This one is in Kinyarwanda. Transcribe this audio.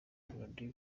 melody